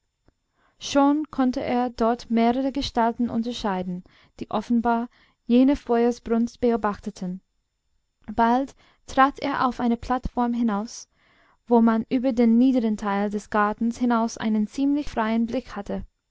schon konnte er dort mehrere gestalten unterscheiden die offenbar jene feuersbrunst beobachteten bald trat er auf eine plattform hinaus wo man über den niederen teil des gartens hinaus einen ziemlich freien blick hatte